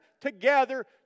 together